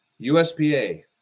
USPA